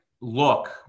look